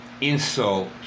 insult